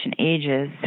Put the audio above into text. ages